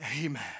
Amen